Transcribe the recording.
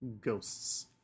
ghosts